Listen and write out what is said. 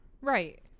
Right